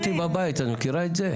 שכחו אותי בבית, את מכירה את זה?